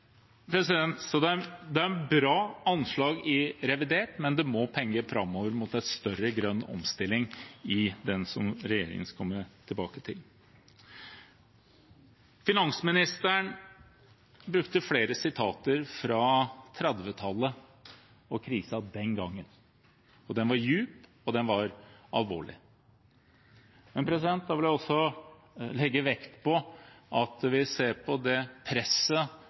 Så det er bra anslag i revidert, men det må peke framover mot en større grønn omstilling i den saken som regjeringen skal komme tilbake til. Finansministeren brukte flere sitater fra 1930-tallet og krisen den gangen, og den var dyp, og den var alvorlig. Men jeg vil også legge vekt på at vi ser på det presset